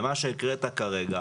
במה שהקראת כרגע